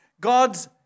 God's